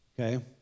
Okay